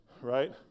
Right